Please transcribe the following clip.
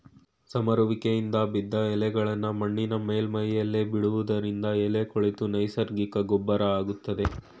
ಸಮರುವಿಕೆಯಿಂದ ಬಿದ್ದ್ ಎಲೆಗಳ್ನಾ ಮಣ್ಣಿನ ಮೇಲ್ಮೈಲಿ ಬಿಡೋದ್ರಿಂದ ಎಲೆ ಕೊಳೆತು ನೈಸರ್ಗಿಕ ಗೊಬ್ರ ಆಗ್ತದೆ